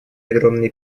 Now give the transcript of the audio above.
огромные